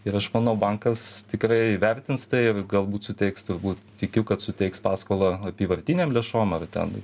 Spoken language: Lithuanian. ir aš manau bankas tikrai įvertins tai ir galbūt suteiks turbūt tikiu kad suteiks paskolą apyvartinėm lėšom ar ten